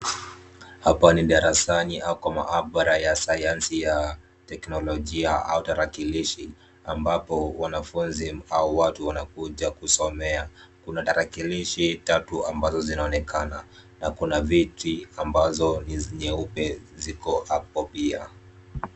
Hapa ni darasani au kwa maabara ya sayansi ya teknolojia au tarakilishi, ambapo wanafunzi au watu wanakuja kusomea. Kuna tarakilishi tatu ambazo zinaonekana na kuna viti ambazo ni nyeupe ziko hapo pia.